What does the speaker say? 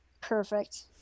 Perfect